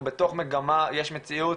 אנחנו בתוך מגמה, יש מציאות